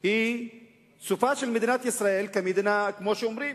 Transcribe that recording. היא סופה של מדינת ישראל כמדינה, כמו שאומרים,